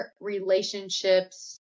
relationships